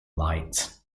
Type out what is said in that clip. light